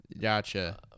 Gotcha